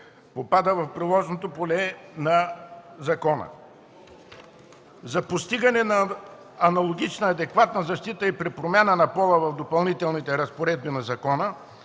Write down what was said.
попада в приложното поле на закона. За постигане на аналогична адекватна защита и при промяна на пола в Допълнителните разпоредби на закона